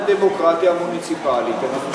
למען הדמוקרטיה המוניציפלית אני חושב שזה ראוי.